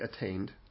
attained